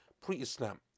pre-Islam